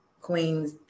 Queens